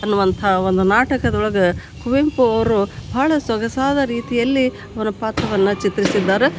ಅನ್ನುವಂತಹ ಒಂದು ನಾಟಕದೊಳಗೆ ಕುವೆಂಪು ಅವರು ಭಾಳ ಸೊಗಸಾದ ರೀತಿಯಲ್ಲಿ ಅವರ ಪಾತ್ರವನ್ನು ಚಿತ್ರಿಸಿದ್ದಾರೆ